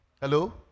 Hello